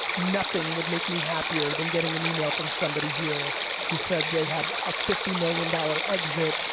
nothing would make me happier than getting an email from somebody here who said they had a fifty million dollars exit,